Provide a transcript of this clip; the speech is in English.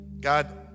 God